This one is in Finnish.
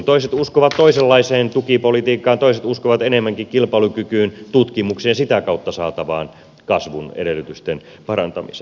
toiset uskovat toisenlaiseen tukipolitiikkaan toiset uskovat enemmänkin kilpailukykyyn tutkimukseen ja sitä kautta saatavaan kasvun edellytysten parantamiseen